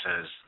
says